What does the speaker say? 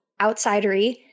outsider-y